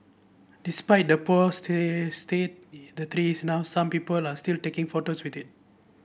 despite the poor state the tree is now some people are still taking photos with it